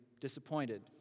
disappointed